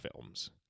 films